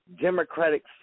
democratic